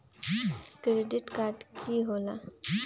Credit card की होला?